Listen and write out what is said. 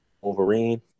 Wolverine